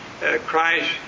Christ